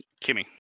Kimmy